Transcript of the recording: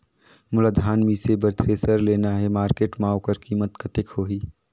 मोला धान मिसे बर थ्रेसर लेना हे मार्केट मां होकर कीमत कतेक होही?